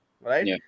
right